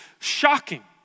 shocking